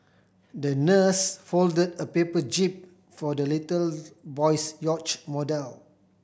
the nurse fold a paper jib for the little boy's yacht model